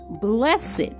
blessed